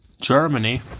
Germany